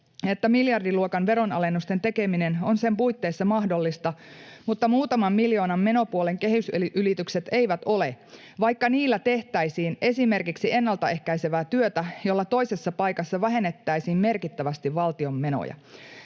että miljardiluokan veronalennusten tekeminen on sen puitteissa mahdollista mutta muutaman miljoonan menopuolen kehysylitykset eivät ole, vaikka niillä tehtäisiin esimerkiksi ennaltaehkäisevää työtä, jolla toisessa paikassa vähennettäisiin merkittävästi valtion menoja.